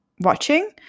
watching